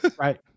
Right